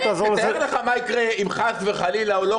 תתאר לך מה יקרה אם חס וחלילה, או לא